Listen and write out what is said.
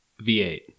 V8